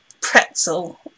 pretzel